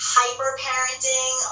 hyper-parenting